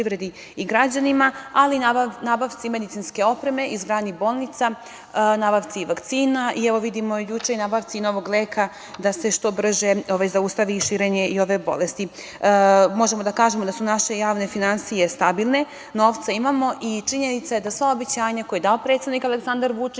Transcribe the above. i građanima, ali i nabavci medicinske opreme, izgradnji bolnica, nabavci vakcina i, evo vidimo juče, i nabavci novog leka da se što brže zaustavi širenje ove bolesti. Možemo da kažemo da su naše javne finansije stabilne, novca imamo i činjenica je da sva obećanja koja je dao predsednik Aleksandar Vučić,